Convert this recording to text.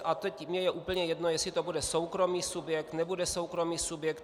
A teď je mi úplně jedno, jestli to bude soukromý subjekt, nebude soukromý subjekt.